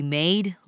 made